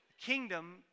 Kingdom